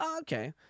Okay